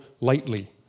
lightly